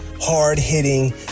hard-hitting